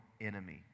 enemy